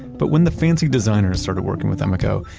but when the fancy designers started working with emeco,